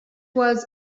was